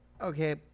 okay